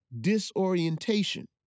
disorientation